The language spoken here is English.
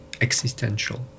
existential